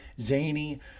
zany